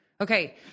Okay